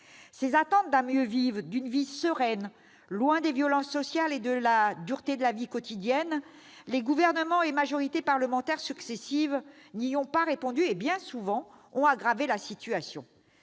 Ces attentes d'un mieux vivre, d'une vie sereine, loin des violences sociales et de la dureté de la vie quotidienne, les gouvernements et les majorités parlementaires successifs n'y ont pas répondu et ont souvent aggravé la situation.